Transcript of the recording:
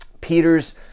Peter's